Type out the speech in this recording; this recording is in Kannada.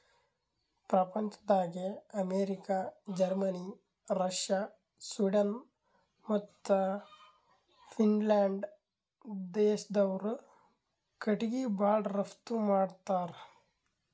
ಪ್ರಪಂಚ್ದಾಗೆ ಅಮೇರಿಕ, ಜರ್ಮನಿ, ರಷ್ಯ, ಸ್ವೀಡನ್ ಮತ್ತ್ ಫಿನ್ಲ್ಯಾಂಡ್ ದೇಶ್ದವ್ರು ಕಟಿಗಿ ಭಾಳ್ ರಫ್ತು ಮಾಡತ್ತರ್